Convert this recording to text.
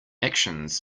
actions